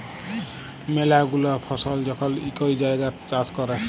ম্যালা গুলা ফসল যখল ইকই জাগাত চাষ ক্যরে